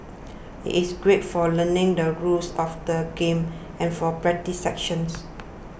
it is great for learning the rules of the game and for practice sessions